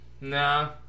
nah